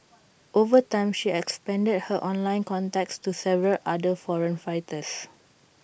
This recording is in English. over time she expanded her online contacts to several other foreign fighters